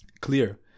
clear